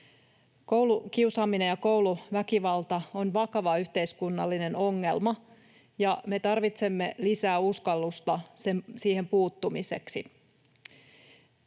Koulukiusaaminen ja kouluväkivalta on vakava yhteiskunnallinen ongelma, ja me tarvitsemme lisää uskallusta siihen puuttumiseksi.